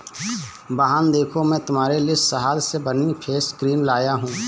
बहन देखो मैं तुम्हारे लिए शहद से बनी हुई फेस क्रीम लाया हूं